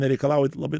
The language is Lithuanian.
nereikalauja labai